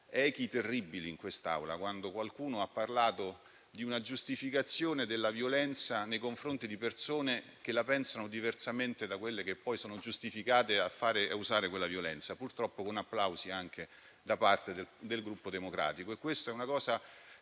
echi terribili in quest'Aula, quando qualcuno ha parlato di giustificazione della violenza nei confronti di persone che la pensano diversamente da altre, che poi sono giustificate a usare quella violenza. E purtroppo vi sono stati applausi anche da parte del Gruppo Partito